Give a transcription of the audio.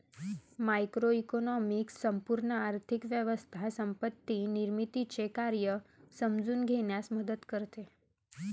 macroeconomics संपूर्ण आर्थिक व्यवस्था संपत्ती निर्मितीचे कार्य समजून घेण्यास मदत करते